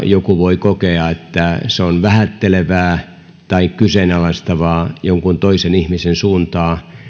joku voi kokea että se on vähättelevää tai kyseenalaistavaa jonkun toisen ihmisen suuntaan